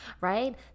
right